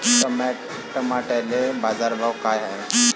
टमाट्याले बाजारभाव काय हाय?